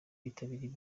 bitabiriye